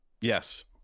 yes